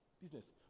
business